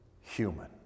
human